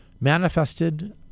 manifested